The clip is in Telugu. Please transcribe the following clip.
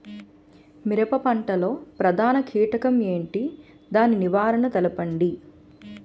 మిరప పంట లో ప్రధాన కీటకం ఏంటి? దాని నివారణ తెలపండి?